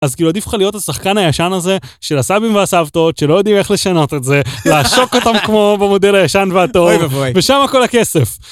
אז כאילו עדיף לראות את השחקן הישן הזה של הסבים והסבתאות שלא יודעים איך לשנות את זה לעשוק אותם כמו במודל הישן והטוב ושמה כל הכסף.